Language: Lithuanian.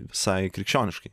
visai krikščioniškai